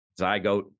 zygote